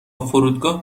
فرودگاه